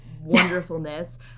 wonderfulness